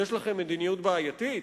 יש לכם מדיניות בעייתית?